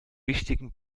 wichtigen